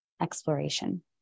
exploration